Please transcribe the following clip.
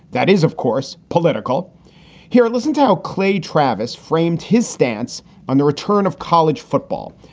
that is, of course, political here. listen to how clay travis framed his stance on the return of college football,